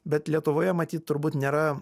bet lietuvoje matyt turbūt nėra